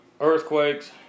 earthquakes